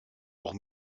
auch